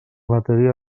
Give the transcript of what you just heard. matèria